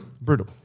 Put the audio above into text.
Brutal